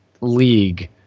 league